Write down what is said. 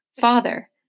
Father